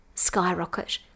skyrocket